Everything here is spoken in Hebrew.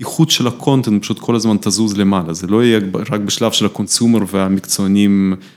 איכות של הקונטנט פשוט כל הזמן תזוז למעלה, זה לא יהיה רק בשלב של הקונסומר והמקצוענים.